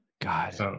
god